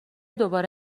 دوباره